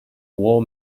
war